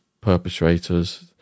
perpetrators